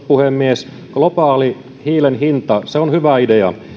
puhemies globaali hiilen hinta on hyvä idea